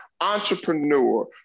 entrepreneur